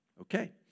Okay